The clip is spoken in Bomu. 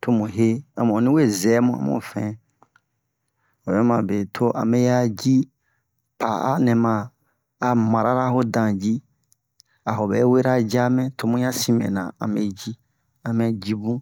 tomu he amu onni we zɛmu amu fɛn obɛ mamu bere to amɛ ya ji pa'a nɛ ma a marara ho dan ji a hobɛ wera jamɛ to muya sin mɛna amɛ ji a mɛ ji bun